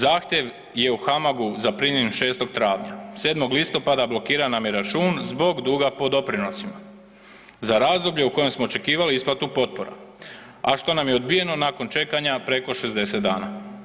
Zahtjev je u HAMAG-u zaprimljen 6. travnja, 7. listopada blokiran nam je račun zbog duga po doprinosima za razdoblje u kojem smo očekivali isplatu potpora, a što nam je odbijeno nakon čekanja preko 60 dana.